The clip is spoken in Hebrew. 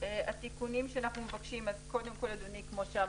רננה שחר, יועצת משפטית רשות לתעופה אזרחית.